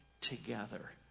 together